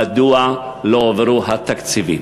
מדוע לא הועברו התקציבים?